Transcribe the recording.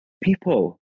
people